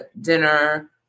dinner